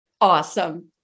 Awesome